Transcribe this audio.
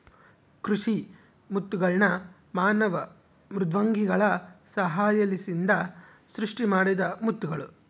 ಕೃಷಿ ಮುತ್ತುಗಳ್ನ ಮಾನವ ಮೃದ್ವಂಗಿಗಳ ಸಹಾಯಲಿಸಿಂದ ಸೃಷ್ಟಿಮಾಡಿದ ಮುತ್ತುಗುಳು